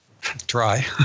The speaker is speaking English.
Try